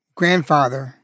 grandfather